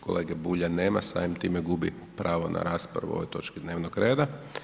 Kolege Bulja nema, samim time gubi pravo na raspravu u ovoj točki dnevnog reda.